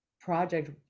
project